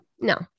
no